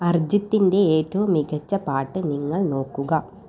അർജിത്തിൻ്റെ ഏറ്റവും മികച്ച പാട്ട് നിങ്ങൾ നോക്കുക